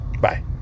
Bye